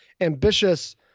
ambitious